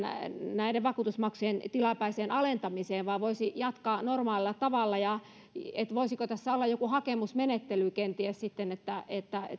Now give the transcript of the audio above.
näiden vakuutusmaksujen tilapäiseen alentamiseen ja voisi jatkaa normaalilla tavalla voisiko tässä olla joku hakemusmenettely kenties että että